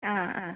ആ ആ